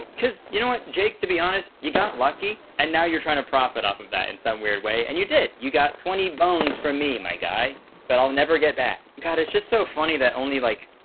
cause you know what, jake, to be honest, you got lucky. and now you're trying to profit off of that in some weird way. and you did, you got twenty bones from me, my guy that i'll never get back. god. it's just so funny that only like,